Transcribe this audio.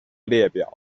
列表